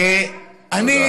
תודה.